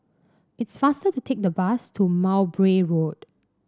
it's faster to take the bus to Mowbray Road